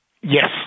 Yes